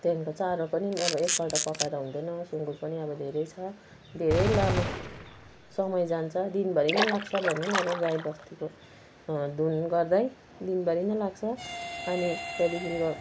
त्यहाँको चारो पनि अब एक पल्ट पकाएर हुँदैन सुँगुर पनि अब धेरै छ धेरै लामो समय जान्छ दिनभरि नै लाग्छ भनौँ अब गाई बस्तुको धुन गर्दै दिनभरि नै लाग्छ अनि त्यहाँदेखिको